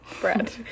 Bread